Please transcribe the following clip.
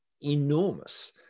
enormous